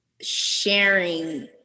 sharing